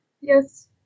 Yes